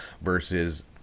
versus